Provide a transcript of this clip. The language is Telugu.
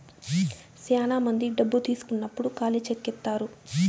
శ్యానా మంది డబ్బు తీసుకున్నప్పుడు ఖాళీ చెక్ ఇత్తారు